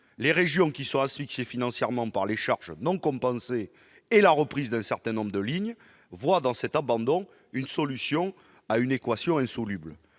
Les régions, qui sont asphyxiées financièrement par les charges non compensées et la reprise d'un certain nombre de lignes, voient dans cet abandon une solution à une équation insoluble.